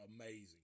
amazing